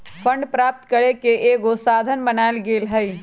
fund प्राप्त करेके कयगो साधन बनाएल गेल हइ